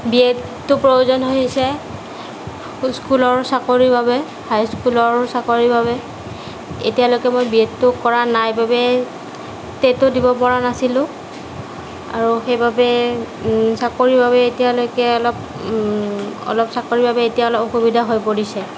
B এডটো প্ৰয়োজন হৈ আছে স্কুলৰ চাকৰিৰ বাবে হাই স্কুলৰ চাকৰিৰ বাবে এতিয়ালৈকে মই বি এডটো কৰা নাই বাবেই টেটো দিব পৰা নাছিলোঁ আৰু সেইবাবে চাকৰিৰ বাবে এতিয়ালৈকে অলপ অলপ চাকৰিৰ বাবে এতিয়া অলপ অসুবিধা হৈ পৰিছে